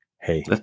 Hey